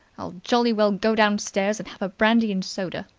i'll jolly well go downstairs and have a brandy-and-soda!